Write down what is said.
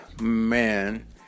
man